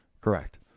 correct